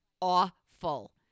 awful